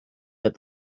that